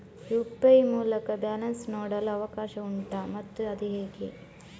UPI ಮೂಲಕ balance ನೋಡಲು ಅವಕಾಶ ಉಂಟಾ ಮತ್ತು ಅದು ಹೇಗೆ?